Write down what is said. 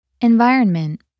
Environment